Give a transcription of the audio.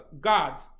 God's